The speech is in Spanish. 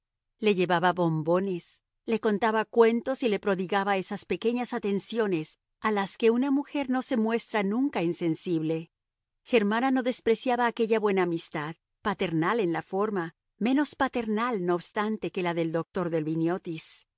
le llevaba bombones le contaba cuentos y le prodigaba esas pequeñas atenciones a las que una mujer no se muestra nunca insensible germana no despreciaba aquella buena amistad paternal en la forma menos paternal no obstante que la del doctor